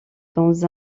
dans